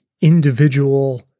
Individual